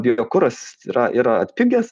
biokuras yra yra atpigęs